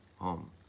home